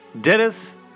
Dennis